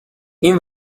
این